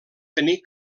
tenir